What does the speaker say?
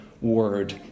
word